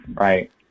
right